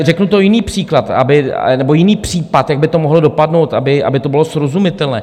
Řeknu jiný příklad, aby nebo jiný případ, jak by to mohlo dopadnout, aby to bylo srozumitelné.